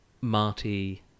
marty